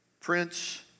Prince